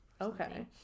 okay